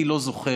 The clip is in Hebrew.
אני לא זוכר